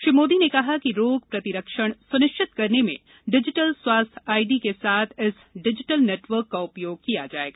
श्री मोदी ने कहा कि रोग प्रतिरक्षण सुनिश्चित करने में डिजिटल स्वास्थ्य आईडी के साथ इस डिजिटल नेटवर्क का उपयोग किया जाएगा